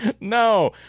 No